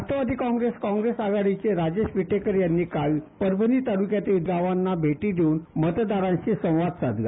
राष्ट्रवादी काँग्रेस काँग्रेस आघाडीचे उमेदवार संजय विटेकर यांनी काल परभणी ताल्क्यातील गावांना भेटी देऊन मतदारांशी संवाद साधला